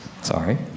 Sorry